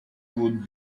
would